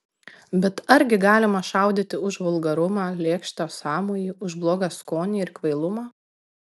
bet argi galima šaudyti už vulgarumą lėkštą sąmojį už blogą skonį ir kvailumą